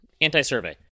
anti-survey